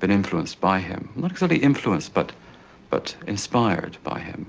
been influenced by him. not ah exactly influenced, but but inspired by him